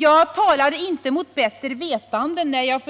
Jag handlade inte mot bättre vetande när jag